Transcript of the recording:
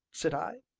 said i.